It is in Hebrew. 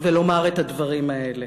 ולומר את הדברים האלה.